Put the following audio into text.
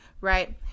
right